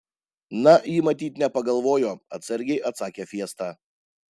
na ji matyt nepagalvojo atsargiai atsakė fiesta